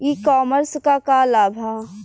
ई कॉमर्स क का लाभ ह?